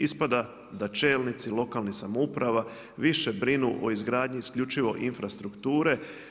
Ispada da čelnici lokalnih samouprava, više brinu o izgradnji isključivo infrastrukture.